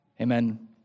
Amen